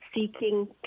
seeking